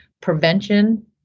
prevention